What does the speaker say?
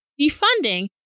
Defunding